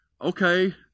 okay